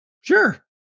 sure